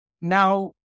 now